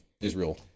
Israel